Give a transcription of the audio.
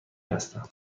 هستم